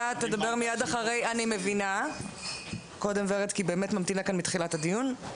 אני מנכ"לית המועצה לשלום הילד.